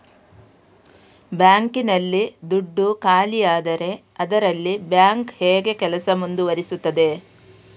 Bank ನಲ್ಲಿ ದುಡ್ಡು ಖಾಲಿಯಾದರೆ ಅದರಲ್ಲಿ ಬ್ಯಾಂಕ್ ಹೇಗೆ ಕೆಲಸ ಮುಂದುವರಿಸುತ್ತದೆ?